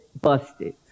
busted